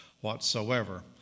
whatsoever